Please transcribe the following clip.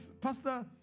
pastor